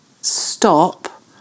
stop